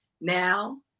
now